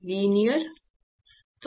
linear सही